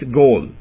goal